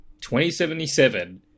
2077